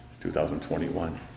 2021